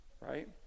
right